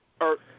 Earth